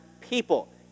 people